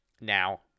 now